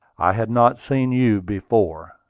i had not seen you before.